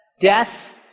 death